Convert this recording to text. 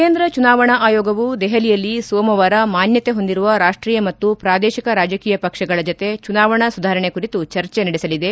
ಕೇಂದ್ರ ಚುನಾವಣಾ ಆಯೋಗವು ದೆಹಲಿಯಲ್ಲಿ ಸೋಮವಾರ ಮಾನ್ಲತೆ ಹೊಂದಿರುವ ರಾಷ್ಷೀಯ ಮತ್ತು ಪ್ರಾದೇಶಿಕ ಪಕ್ಷಗಳ ಜತೆ ಚುನಾವಣಾ ಸುಧಾರಣೆ ಕುರಿತು ಚರ್ಚೆ ನಡೆಸಲಿದೆ